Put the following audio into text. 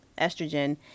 estrogen